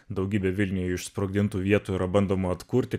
daugybę vilniuje išsprogdintų vietų yra bandoma atkurti